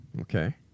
Okay